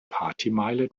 partymeile